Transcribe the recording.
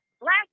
black